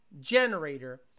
generator